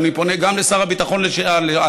ואני פונה גם לשר הביטחון לעתיד-לשעבר,